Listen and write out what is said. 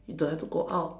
don't have to go out